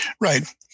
right